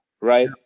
right